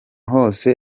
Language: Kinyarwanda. hose